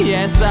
Yes